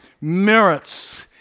merits